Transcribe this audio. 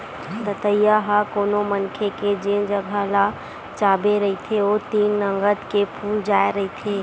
दतइया ह कोनो मनखे के जेन जगा ल चाबे रहिथे ओ तीर नंगत के फूल जाय रहिथे